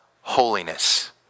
holiness